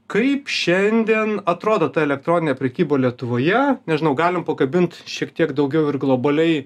kaip šiandien atrodo ta elektroninė prekyba lietuvoje nežinau galim pakabint šiek tiek daugiau ir globaliai